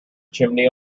chimney